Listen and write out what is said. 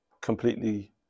completely